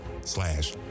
slash